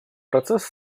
процесс